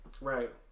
Right